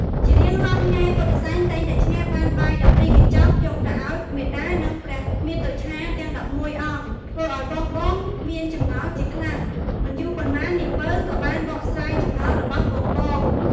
ជារៀងរាល់ថ្ងៃពុទ្ធិសែនតែងតែឈ្នះបានបាយ១២កញ្ចប់យកទៅឲ្យមាតា និងព្រះមាតុច្ឆាទាំង១១អង្គ ធ្វើឲ្យបងៗមានចម្ងល់ជាខ្លាំងមិនយូរប៉ុន្មាននាងពៅក៏បានបកស្រាយចម្ងល់របស់បងៗ។